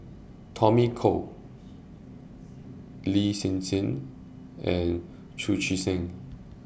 Tommy Koh Lin Hsin Hsin and Chu Chee Seng